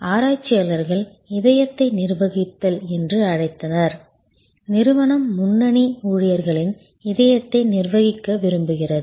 ஆராய்ச்சியாளர்கள் இதயத்தை நிர்வகித்தல் என்று அழைத்தனர் நிறுவனம் முன்னணி ஊழியர்களின் இதயத்தை நிர்வகிக்க விரும்புகிறது